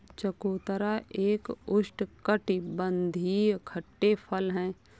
चकोतरा एक उष्णकटिबंधीय खट्टे फल है